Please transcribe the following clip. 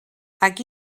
aquí